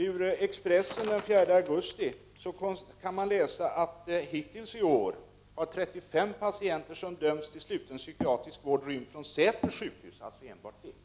I Expressen kunde man den 4 augusti i år läsa: ”Hittills i år har 35 patienter som dömts till sluten psykiatrisk vård rymt från Säters sjukhus.” Och det är bara ett exempel.